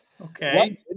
Okay